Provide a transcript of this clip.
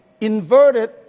inverted